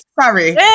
Sorry